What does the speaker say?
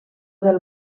del